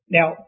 Now